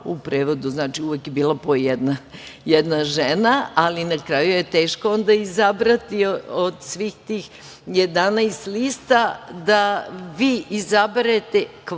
u prevodu znači uvek je bio po jedna žena, ali na kraju je teško izabrati od svih tih 11 lista da vi izaberete žene